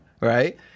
right